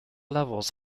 levels